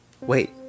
wait